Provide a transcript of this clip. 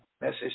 message